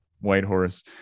Whitehorse